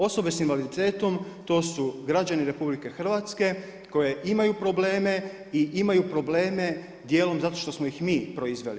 Osobe sa invaliditetom to su građani RH koje imaju probleme i imaju probleme dijelom zato što smo ih mi proizveli.